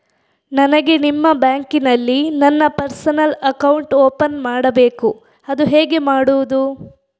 ನನಗೆ ನಿಮ್ಮ ಬ್ಯಾಂಕಿನಲ್ಲಿ ನನ್ನ ಪರ್ಸನಲ್ ಅಕೌಂಟ್ ಓಪನ್ ಮಾಡಬೇಕು ಅದು ಹೇಗೆ ಮಾಡುವುದು?